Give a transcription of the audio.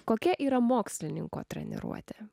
kokia yra mokslininko treniruotė